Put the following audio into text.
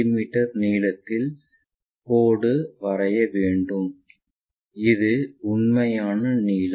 me நீளத்தில் கோடு வரைய வேண்டும் இது உண்மையான நீளம்